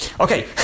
okay